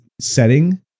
setting